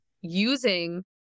using